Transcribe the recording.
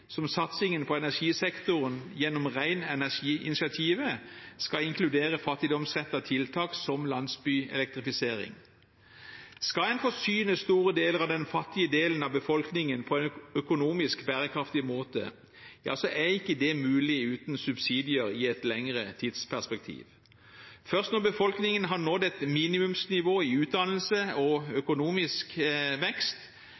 som satsingen på energisektoren – gjennom ren energi-initiativet – skal inkludere fattigdomsrettede tiltak, som landsbyelektrifisering. Skal en forsyne store deler av den fattige delen av befolkningen på en økonomisk bærekraftig måte, så er ikke det mulig uten subsidier i et lengre tidsperspektiv. Først når befolkningen har nådd et minimumsnivå i utdannelse og økonomisk vekst,